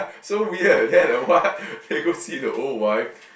so weird then the what then go see the old wife